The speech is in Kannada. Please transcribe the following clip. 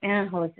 ಹಾಂ ಹೌದು